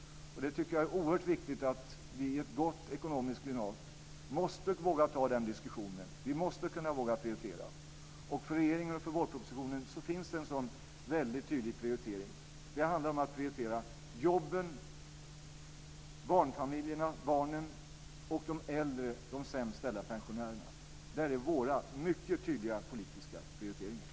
Det tycker jag är oerhört viktigt. I ett gott ekonomiskt klimat måste vi våga ta den diskussionen - vi måste våga prioritera. För regeringen och vårpropositionen finns det en sådan väldigt tydlig prioritering. Det handlar om att prioritera jobben, barnfamiljerna, barnen och de äldre - de sämst ställda pensionärerna. Där är våra, mycket tydliga, politiska prioriteringar.